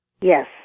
Yes